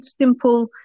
simple